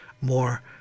more